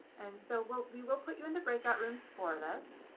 and so what we will put you into breakout rooms for this.